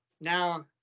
now